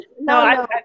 no